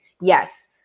Yes